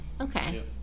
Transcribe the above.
okay